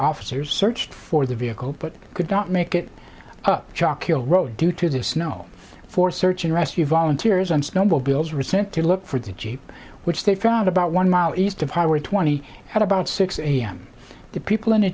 officers searched for the vehicle but could not make it up chalk hill road due to the snow for search and rescue volunteers on snowmobiles resent to look for the jeep which they found about one mile east of highway twenty at about six a m the people in a